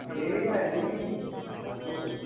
এই আনি বহিয়া